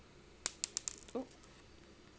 oh